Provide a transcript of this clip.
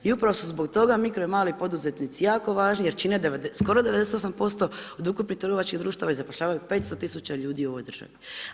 I upravo su zbog toga mikro i mali poduzetnici jako važni, jer čine skoro 98% od ukupnih trgovačkih društava i zapošljavaju 500 tisuća ljudi u ovoj državi.